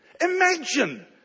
imagine